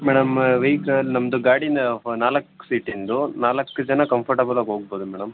madam vehicle ನಮ್ಮದು ಗಾಡಿ ನ ನಾಲ್ಕು ಸೀಟಿಂದು ನಾಲ್ಕು ಜನ ಕಂಫರ್ಟೆಬಲಾಗಿ ಹೋಗಬಹುದು ಮೇಡಮ್